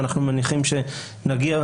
ואנחנו מניחים שנגיע,